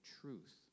truth